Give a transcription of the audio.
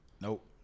Nope